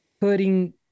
Putting